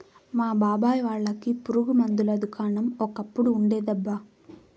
మా బాబాయ్ వాళ్ళకి పురుగు మందుల దుకాణం ఒకప్పుడు ఉండేదబ్బా